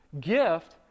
gift